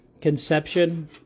conception